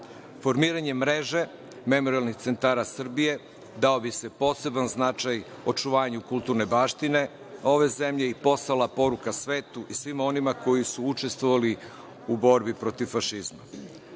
Formiranjem mreže memorijalnih centara Srbije dao bi se poseban značaj očuvanju kulturne baštine ove zemlje i poslala poruka svetu i svima onima koji su učestvovali u borbi protiv fašizma. Takođe,